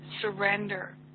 surrender